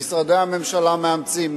שמשרדי הממשלה מאמצים,